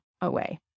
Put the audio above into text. away